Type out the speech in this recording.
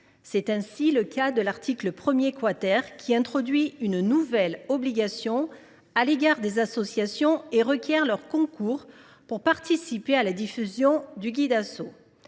C’est le cas de l’article 1, qui introduit une nouvelle obligation à l’égard des associations, et requiert leur concours pour participer à la diffusion du Guid’Asso.